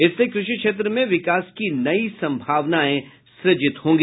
इससे कृषि क्षेत्र में विकास की नई सम्भावनएं सृजित होगी